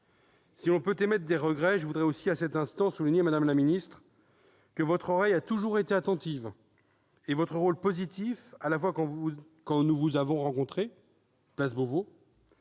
Si l'on peut émettre des regrets, je voudrais à cet instant souligner, madame la ministre, que votre oreille a toujours été attentive et votre rôle positif, à la fois quand nous vous avons rencontrée place Beauvau,